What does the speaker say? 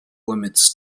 limits